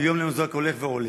מיום ליום זה רק הולך ועולה.